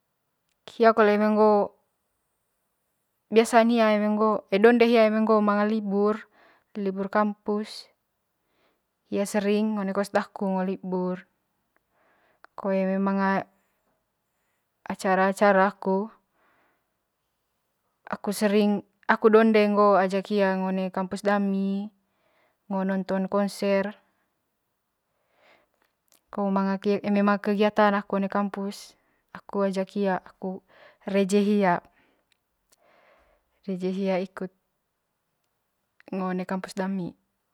Hia kole eme ngo biasan hia eme nggo donde hia eme ngo'o manga libur libur kamppus hia sering ngo one kos daku eme libur ko eme manga acara acara aku aku sering aku donde ngo ajak hia ngo one kampus dami ngo nonton konser ko eme manga kegiatan aku one kampus aku ajak hia aku reje hia reje hia ikut ngo one kampus dami.